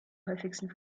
häufigsten